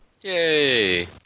Yay